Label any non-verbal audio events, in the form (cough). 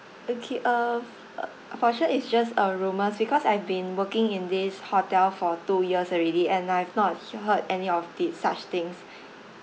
okay uh uh for sure it's just uh rumours because I've been working in this hotel for two years already and I've not heard any of these such things (breath)